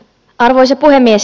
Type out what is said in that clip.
arvoisa puhemies